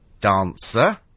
Dancer